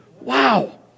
Wow